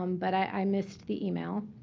um but i missed the email.